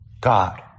God